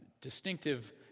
distinctive